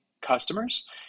customers